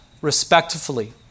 respectfully